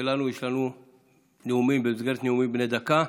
שלנו יש לנו נאומים במסגרת נאומים בני דקה.